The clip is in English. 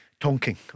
tonking